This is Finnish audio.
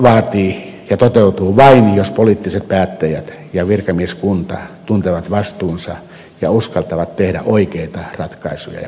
onnistuminen toteutuu vain jos poliittiset päättäjät ja virkamieskunta tuntevat vastuunsa ja uskaltavat tehdä oikeita ratkaisuja ja päätöksiä